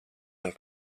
man